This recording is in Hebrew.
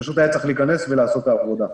פשוט היה צריך להיכנס ולעשות את העבודה.